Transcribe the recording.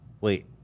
Wait